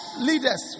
leaders